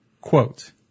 quote